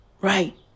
Right